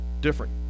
different